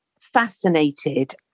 fascinated